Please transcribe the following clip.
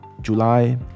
July